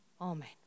Amen